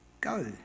Go